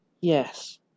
Yes